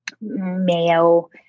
mayo